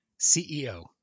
CEO